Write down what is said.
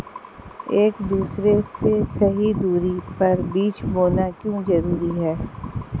एक दूसरे से सही दूरी पर बीज बोना क्यों जरूरी है?